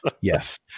yes